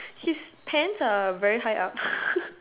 his pants are very high up